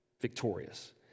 victorious